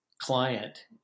client